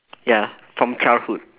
ya from childhood